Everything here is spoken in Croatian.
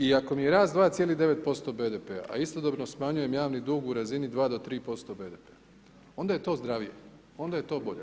I ako mi je rast 2,9% BDP-a a istodobno smanjujem javni dug u razini 2-3% BDP-a onda je to zdravije, onda je to bolje.